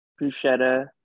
bruschetta